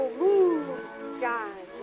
moonshine